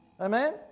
Amen